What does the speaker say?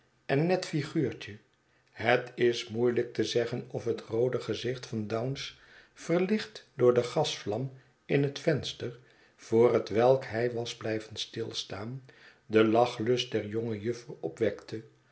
en net figuurtje het is moeielijk te zeggen of het roode gezicht van dounce verlicht door de gasvlam in het venster voor hetwelk hij was blijven stilstaan den lachlust der jonge juffer opwekte